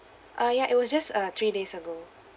uh ya it was just uh three days ago